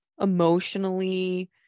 emotionally